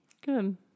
Good